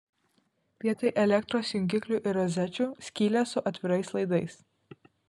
vietoj elektros jungiklių ir rozečių skylės su atvirais laidais